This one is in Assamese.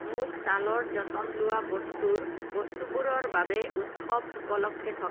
মোক ছালৰ যতন লোৱা বস্তুৰ বস্তুবোৰৰ বাবে উৎসৱ উপলক্ষে থকা অফাৰসমূহ দেখুওৱা